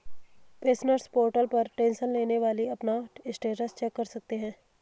pensioners portal पर tension लेने वाली अपना स्टेटस चेक कर सकते हैं